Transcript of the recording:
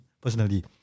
personally